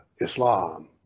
Islam